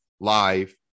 live